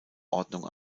ordnung